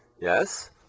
yes